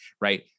Right